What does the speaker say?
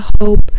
hope